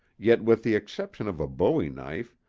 yet, with the exception of a bowie-knife,